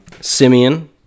Simeon